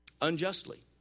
Unjustly